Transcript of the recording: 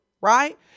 right